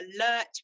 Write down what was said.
alert